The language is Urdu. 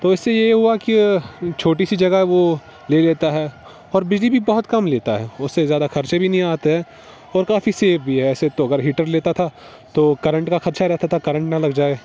تو اس سے یہ ہوا کہ چھوٹی سی جگہ وہ لے لیتا ہے اور بجلی بھی بہت کم لیتا ہے اس سے زیادہ خرچے بھی نہیں آتے ہے اور کافی سیپ بھی ہے ایسے تو اگر ہیٹر لیتا تھا تو کرنٹ کا خدشہ رہتا تھا کرنٹ نہ لگ جائے